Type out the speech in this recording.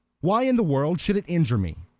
why in the world should it injure me?